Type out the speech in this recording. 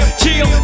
chill